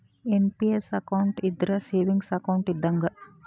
NPS account ಇದ್ರ savings account ಇದ್ದಂಗ